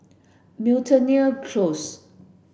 Miltonia Close